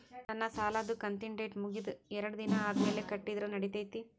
ನನ್ನ ಸಾಲದು ಕಂತಿನ ಡೇಟ್ ಮುಗಿದ ಎರಡು ದಿನ ಆದ್ಮೇಲೆ ಕಟ್ಟಿದರ ನಡಿತೈತಿ?